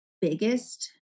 biggest